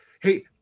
Hey